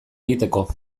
egiteko